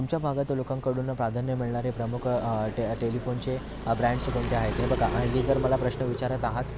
तुमच्या भागातील लोकांकडून प्राधान्य मिळणारे प्रमुख टे टेलिफोनचे ब्रँडस कोणते आहेत ते बघा आणि तुम्ही जर मला प्रश्न विचारत आहात